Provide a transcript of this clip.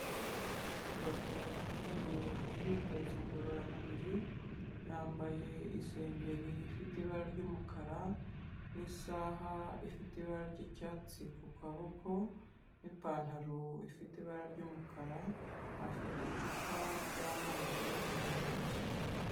Umugabo uvuye mu myitozo ngororamubiri yambaye isengeri ifite ibara ry'umukara n'isaha ifite ibara ry'icyatsi ku kaboko n'ipantaro ifite ibara ry'umukara afite icupa ryamazi mu ntoki.